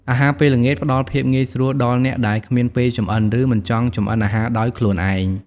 អាហារពេលល្ងាចផ្ដល់ភាពងាយស្រួលដល់អ្នកដែលគ្មានពេលចម្អិន ឬមិនចង់ចម្អិនអាហារដោយខ្លួនឯង។